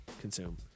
consume